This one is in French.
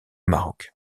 maroc